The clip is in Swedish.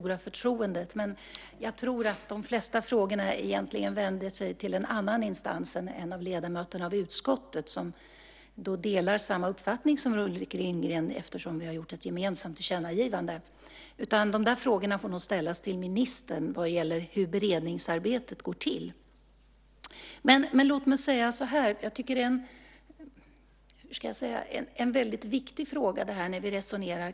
Fru talman! Jag tackar Ulrik Lindgren för det stora förtroendet. Men jag tror att de flesta frågorna egentligen vände sig till en annan instans än ledamöterna av utskottet som har samma uppfattning som Ulrik Lindgren eftersom vi har gjort ett gemensamt tillkännagivande. De där frågorna om hur beredningsarbetet går till får nog ställas till ministern. Men låt mig säga att jag tycker att det här är en väldigt viktig fråga när vi resonerar.